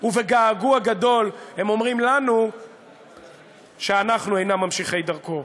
ובגעגוע גדול הם אומרים לנו שאנחנו אינם ממשיכי דרכו.